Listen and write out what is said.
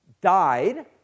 died